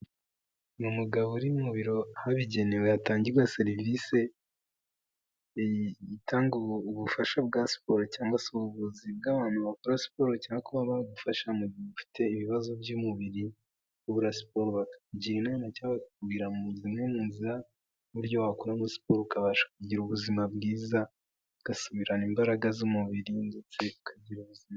Ni umugabo uri mu biro habigenewe hatangirwa serivisitanga ubufasha bwa siporo cyangwa se ubuvuzi bwabantu bakora siporo cyangwa bagufasha mu gihe ufite ibibazo by'umubiribura siporo igihe bakakugira inama zubuto wakora siporo ukabasha kugira ubuzima bwiza ugasubirana imbaraga z'umubiri ndetse ukagira ubuzima.